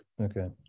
Okay